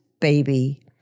baby